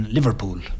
Liverpool